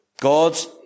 God's